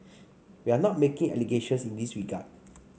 we are not making allegations in this regard